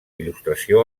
il·lustració